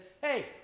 hey